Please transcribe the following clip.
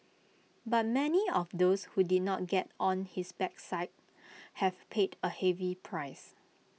but many of those who did not get on his bad side have paid A heavy price